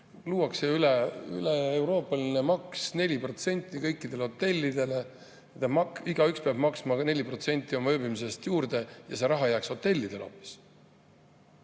luuakse üleeuroopaline maks 4% kõikidele hotellidele. Igaüks peab maksma 4% oma ööbimise eest juurde ja see raha jääks hotellidele hoopis.